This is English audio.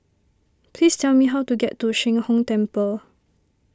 please tell me how to get to Sheng Hong Temple